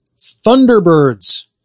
Thunderbirds